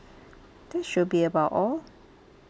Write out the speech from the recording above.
this should be about all